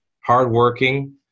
hardworking